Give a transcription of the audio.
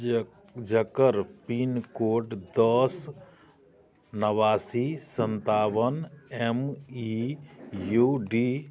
जक जकर पिनकोड दस नवासी सनतावन एम ई यू डी